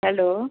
hello